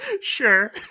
sure